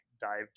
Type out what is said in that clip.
dive